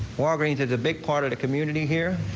for granted a big part of the community here.